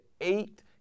eight